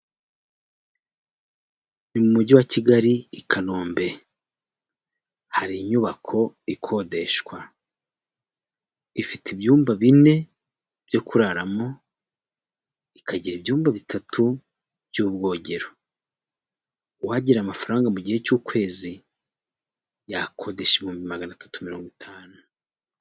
Ni mu mujyi wa Kigali i Kanombe hari inyubako ikodeshwa, ifite ibyumba bine byo kuraramo ikagira ibyumba bitatu by'ubwogero, uwagira amafaranga mu gihe cy'ukwezi yakodesha ibihumbi magana atatu mirongo itanu.